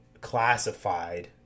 classified